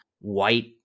white